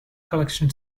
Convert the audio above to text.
collection